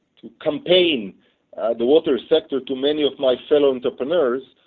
campaign the water sector to many of my fellow entrepreneurs.